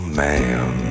man